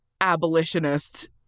abolitionist